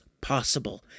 possible